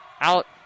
out